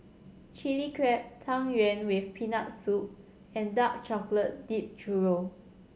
Chili Crab Tang Yuen with Peanut Soup and dark chocolate dipped churro